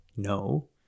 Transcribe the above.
No